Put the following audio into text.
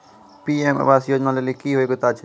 PM आवास योजना लेली की योग्यता छै?